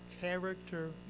character